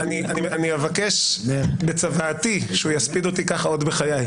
אני אבקש בצוואתי שהוא יספיד אותי כך עוד בחיי.